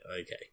okay